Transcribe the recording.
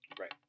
right